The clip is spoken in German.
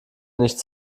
nichts